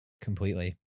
completely